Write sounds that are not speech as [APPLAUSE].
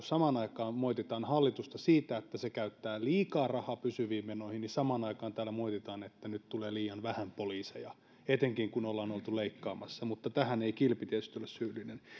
[UNINTELLIGIBLE] samaan aikaan moititaan hallitusta siitä että se käyttää liikaa rahaa pysyviin menoihin niin samaan aikaan täällä moititaan että nyt tulee liian vähän poliiseja etenkin kun ollaan oltu leikkaamassa mutta tähän ei kilpi tietysti ole syyllinen